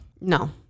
No